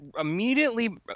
immediately –